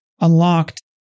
unlocked